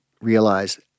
realize